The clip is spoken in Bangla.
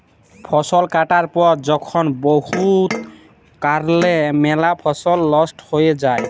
ফসল কাটার পর যখল বহুত কারলে ম্যালা ফসল লস্ট হঁয়ে যায়